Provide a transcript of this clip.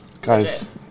Guys